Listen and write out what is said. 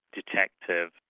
detective,